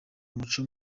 umuco